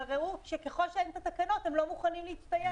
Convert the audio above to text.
אבל ככל שאין תקנות הם לא מוכנים להצטייד.